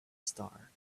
star